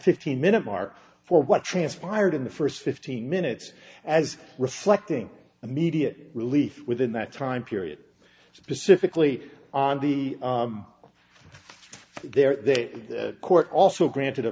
fifteen minute mark for what transpired in the first fifteen minutes as reflecting immediate relief within that time period specifically on the their court also granted a